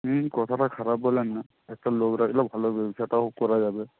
হুম কথাটা খারাপ বলেন না একটা লোক রাখলে ভালো ব্যবসাটাও করা যাবে